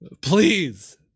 Please